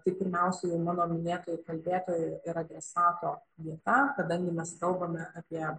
tai pirmiausia jau mano minėtoji kalbėtojo ir adresato vieta kadangi mes kalbame apie